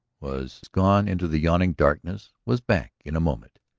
was gone into the yawning darkness, was back in a moment.